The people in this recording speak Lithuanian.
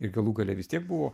ir galų gale vis tiek buvo